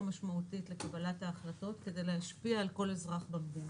משמעותית לקבלת ההחלטות כדי להשפיע על כל אזרח במדינה.